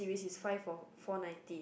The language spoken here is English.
series is five for four ninety